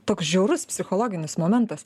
toks žiaurus psichologinis momentas